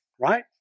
Right